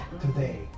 today